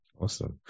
Awesome